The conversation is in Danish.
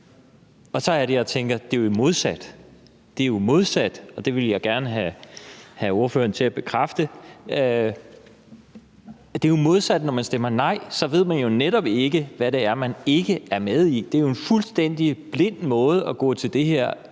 Og så er det, jeg tænker, at det jo er modsat, og det vil jeg gerne have ordføreren til at bekræfte. Det er jo modsat, for når man stemmer nej, ved man jo netop ikke, hvad det er, man ikke er med i. Det er jo en fuldstændig blind måde at gå til det her